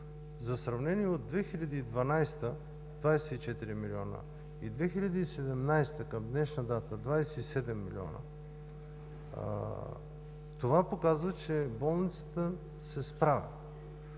За сравнение: от 2012 г. – 24 милиона, и през 2017 г. към днешна дата – 27 милиона. Това показва, че болницата се справя.